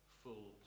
full